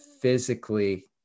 physically